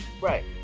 Right